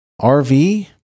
RV